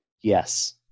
Yes